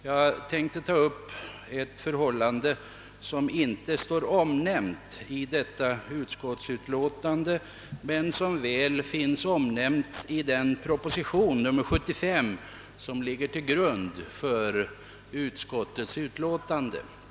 Jag tänker i stället ta upp ett förhållande som inte är omnämnt i detta utlåtande men som väl finns omnämnt i proposition nr 75, vilken ligger till grund för utskottets utlåtande.